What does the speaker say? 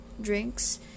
drinks